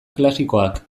klasikoak